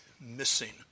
missing